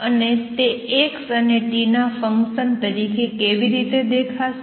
અને તે x અને t ના ફંક્સન તરીકે કેવી રીતે દેખાશે